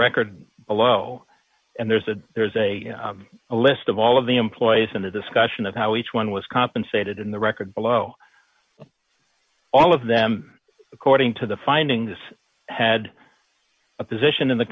record below and there's a there's a a list of all of the employees and a discussion of how each one was compensated in the record below all of them according to the finding this had a position in the